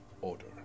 order